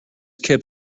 kept